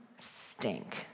Stink